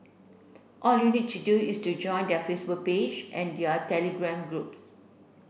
all you need to do is to join their Facebook page and their telegram groups